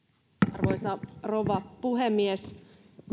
arvoisa rouva puhemies